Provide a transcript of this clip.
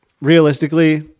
realistically